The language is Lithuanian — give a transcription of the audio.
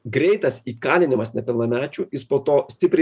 greitas įkalinimas nepilnamečių jis po to stipriai